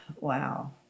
wow